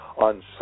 on